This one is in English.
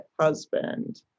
husband